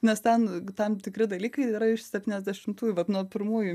nes ten tam tikri dalykai yra iš septyniasdešimtųjų vat nuo pirmųjų